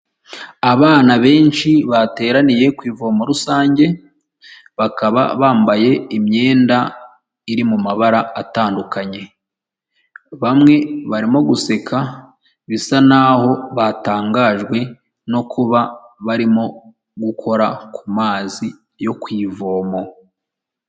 Abana benshi bateraniye ku ivomo rusange bakaba bambaye imyenda iri mu mabara atandukanye, bamwe barimo guseka bisa naho batangajwe no kuba barimo gukora ku mazi yo ku ivomo.